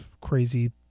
crazy